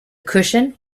cushion